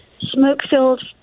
smoke-filled